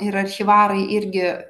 ir archyvarai irgi